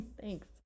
Thanks